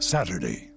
Saturday